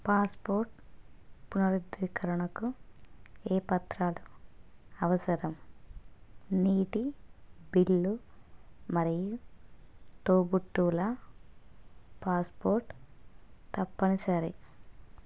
passport పునరుద్ధరణకు ఏ పత్రాలు అవసరం నీటి బిల్లు మరియు తోబుట్టువుల పాస్పోర్ట్ తప్పనిసరి